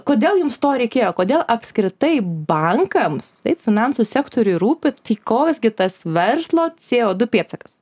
kodėl jums to reikėjo kodėl apskritai bankams taip finansų sektoriui rūpi tai koks gi tas verslo cė o du pėdsakas